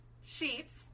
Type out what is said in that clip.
sheets